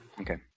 Okay